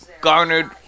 garnered